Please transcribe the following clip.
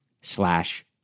slash